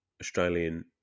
Australian